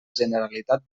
generalitat